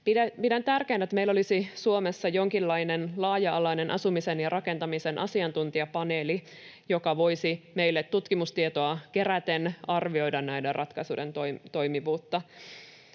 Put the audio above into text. Pidän tärkeänä, että meillä olisi Suomessa jonkinlainen laaja-alainen asumisen ja rakentamisen asiantuntijapaneeli, joka voisi meille tutkimustietoa keräten arvioida näiden ratkaisuiden toimivuutta,